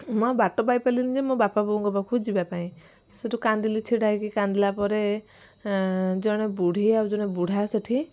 ମୁଁ ଆଉ ବାଟ ପାଇପାରିଲିନି ଯେ ମୋ ବାପା ବୋଉଙ୍କ ପାଖକୁ ଯିବା ପାଇଁ ସେଠୁ କାନ୍ଦିଲି ଛିଡ଼ା ହେଇକି କାନ୍ଦିଲା ପରେ ଜଣେ ବୁଢ଼ୀ ଜଣେ ବୁଢ଼ା ସେଠି